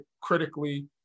critically